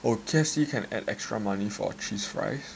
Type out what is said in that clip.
K_F_C you can add extra money for cheese fries